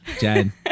Jen